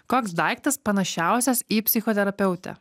koks daiktas panašiausias į psichoterapeutę